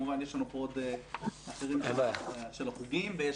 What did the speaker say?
כמובן יש לנו פה עוד אחרים של החוגים ויש